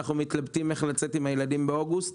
אנחנו מתלבטים איך לצאת עם הילדים באוגוסט.